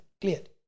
cleared